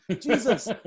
Jesus